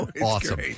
Awesome